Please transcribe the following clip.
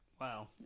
Wow